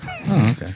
okay